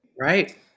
Right